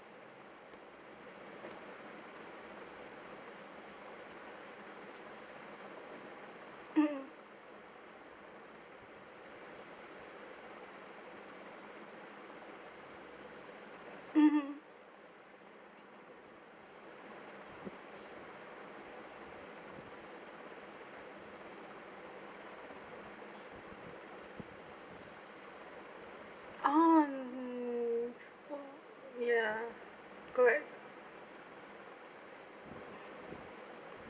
mmhmm mmhmm oh hmm ya correct